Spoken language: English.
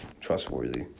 trustworthy